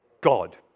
God